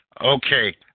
Okay